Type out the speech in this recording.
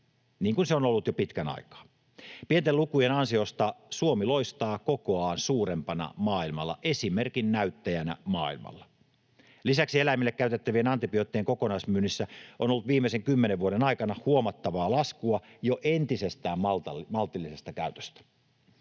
niin kuin se on ollut jo pitkän aikaa. Pienten lukujen ansiosta Suomi loistaa kokoaan suurempana maailmalla, esimerkin näyttäjänä maailmalla. Lisäksi eläimille käytettävien antibioottien kokonaismyynnissä on ollut viimeisen kymmenen vuoden aikana huomattavaa laskua jo entisestään maltillisesta käytöstä.